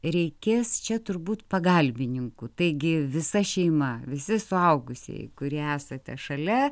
reikės čia turbūt pagalbininkų taigi visa šeima visi suaugusieji kurie esate šalia